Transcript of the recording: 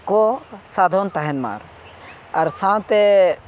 ᱠᱚ ᱥᱟᱫᱷᱚᱱ ᱛᱟᱦᱮᱱ ᱢᱟ ᱟᱨ ᱥᱟᱶᱛᱮ